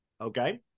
Okay